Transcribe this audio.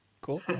cool